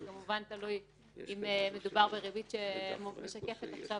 כמובן תלוי אם מדובר בריבית שמשקפת עכשיו